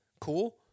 Cool